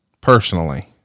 personally